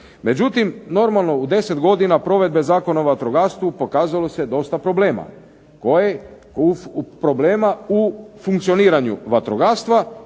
Međutim, normalno u 10 godina provedbe Zakona o vatrogastvu pokazalo se dosta problema u funkcioniranju vatrogastva